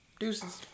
Deuces